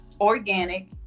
organic